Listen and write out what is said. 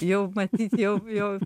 jau matyt jau jau